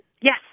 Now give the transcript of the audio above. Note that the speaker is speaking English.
Yes